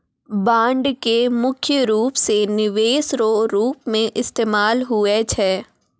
bond के मुख्य रूप से निवेश रो रूप मे इस्तेमाल हुवै छै